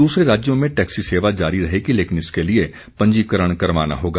दूसरे राज्यों में टैक्सी सेवा जारी रहेगी लेकिन इसके लिए पंजीकरण करवाना होगा